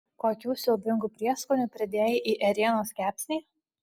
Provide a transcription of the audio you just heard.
kokių siaubingų prieskonių pridėjai į ėrienos kepsnį